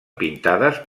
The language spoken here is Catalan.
pintades